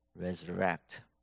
resurrect